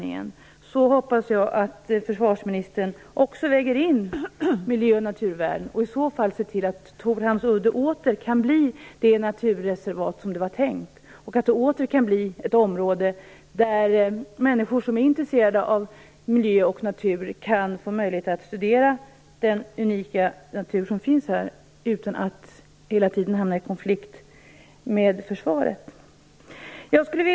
Jag hoppas att försvarsministern i den bedömningen också väger in miljö och naturvärden och i så fall ser till att Torhamns udde åter kan bli det naturreservat som det var tänkt att vara, och att det åter kan bli ett område där människor som är intresserade av miljö och natur får möjlighet att studera den unika natur som finns där utan att hela tiden hamna i konflikt med Försvaret.